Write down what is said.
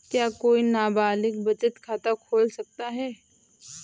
क्या कोई नाबालिग बचत खाता खोल सकता है?